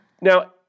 Now